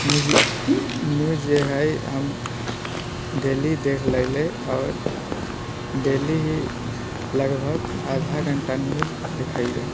news news जे हय हम डेली देख लैले आओर डेली ही लगभग आधा घण्टा न्यूज देखै ले